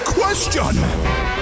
question